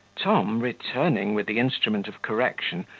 tom, returning with the instrument of correction,